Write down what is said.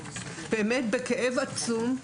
באמת בכאב עצום,